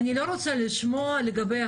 דנה, אני לא רוצה לשמוע על אחרים,